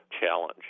challenge